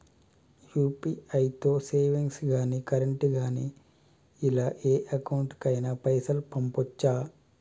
UPI తో savings గాని current గాని ఇలా ఏ అకౌంట్ కైనా పైసల్ పంపొచ్చా?